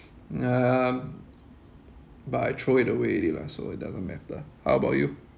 uh but I throw it away already lah so it doesn't matter how about you